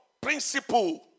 principle